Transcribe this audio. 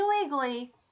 illegally